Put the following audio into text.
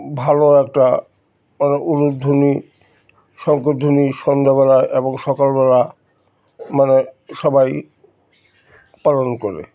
ভালো একটা মানে উলুধ্বনি শঙ্খধ্বনি সন্ধ্যাবেলা এবং সকালবেলা মানে সবাই পালন করে